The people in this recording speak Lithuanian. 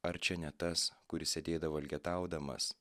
ar čia ne tas kuris sėdėdavo elgetaudamas